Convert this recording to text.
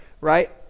Right